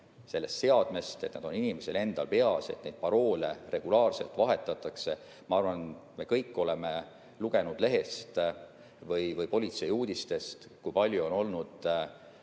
sellest seadmest, et nad oleks inimesel endal peas, et neid paroole regulaarselt vahetataks. Ma arvan, me kõik oleme lugenud lehest või politseiuudistest, kui palju on olnud